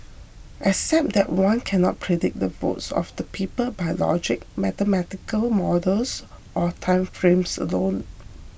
except that one cannot predict the votes of the people by logic mathematical models or time frames alone